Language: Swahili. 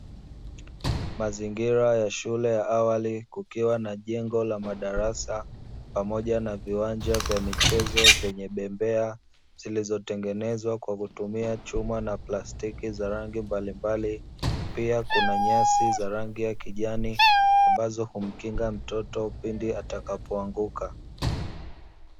Mazingira ya shule ya awali kukiwa na jengo la madarasa, pamoja na viwanja vya michezo vyenye bembea zilizotengenezwa kwa kutumia chuma na plastiki za rangi mbalimbali, pia kuna nyasi za rangi ya kijani, ambazo humkinga mtoto pindi atakapoanguka.